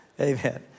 Amen